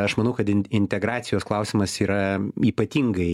aš manau kad int integracijos klausimas yra ypatingai